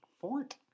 fort